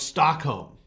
Stockholm